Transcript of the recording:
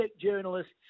journalists